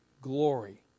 glory